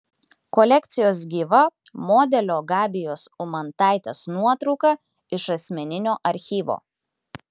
kolekcijos gyva modelio gabijos umantaitės nuotrauka iš asmeninio archyvo